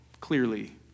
clearly